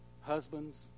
Husbands